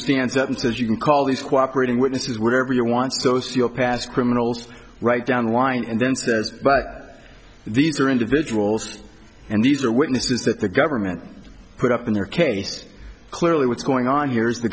stands up and says you can call these cooperated witnesses wherever you want sociopaths criminals right down wind and then says but these are individuals and these are witnesses that the government put up in their case clearly what's going on here is the